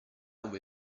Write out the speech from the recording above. ove